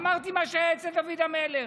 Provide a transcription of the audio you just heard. אמרתי מה שהיה אצל דוד המלך: